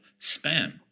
spam